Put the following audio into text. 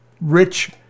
rich